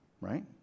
right